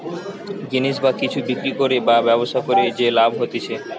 জিনিস বা কিছু বিক্রি করে বা ব্যবসা করে যে লাভ হতিছে